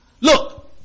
Look